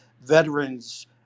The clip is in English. veterans